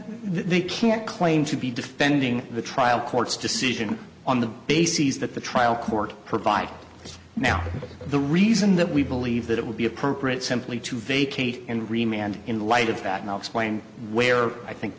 they can't claim to be defending the trial court's decision on the bases that the trial court provide now the reason that we believe that it would be appropriate simply to vacate and remain and in light of that now explain where i think